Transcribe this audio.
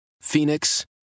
Phoenix